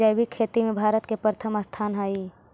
जैविक खेती में भारत के प्रथम स्थान हई